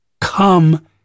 come